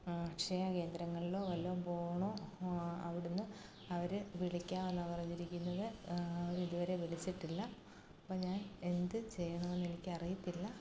അക്ഷയ കേന്ദ്രങ്ങളിലോ വല്ലതും പോണോ അവിടെ നിന്ന് അവർ വിളിക്കാമെന്നാണ് പറഞ്ഞിരിക്കുന്നത് അവരിതുവരെ വിളിച്ചിട്ടില്ല അപ്പം ഞാൻ എന്ത് ചെയ്യണമെന്ന് എനിക്ക് അറിയത്തില്ല